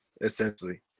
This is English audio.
essentially